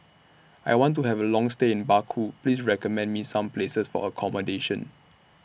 I want to Have A Long stay in Baku Please recommend Me Some Places For accommodation